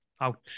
out